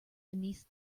beneath